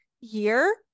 year